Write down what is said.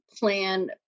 plan